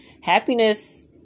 Happiness